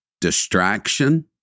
Distraction